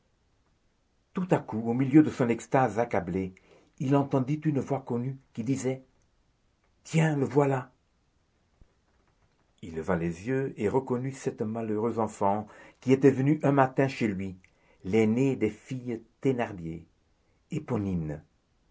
tout à coup au milieu de son extase accablée il entendit une voix connue qui disait tiens le voilà il leva les yeux et reconnut cette malheureuse enfant qui était venue un matin chez lui l'aînée des filles